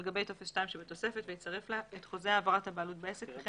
על גבי טופס 2 שבתוספת ויצרף לה את חוזה העברת הבעלות בעסק וכן